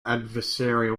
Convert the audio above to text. adversarial